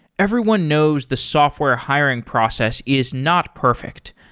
everyone knows the software hiring process is not perfect.